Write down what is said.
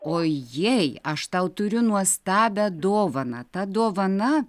ojej aš tau turiu nuostabią dovaną ta dovana